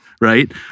right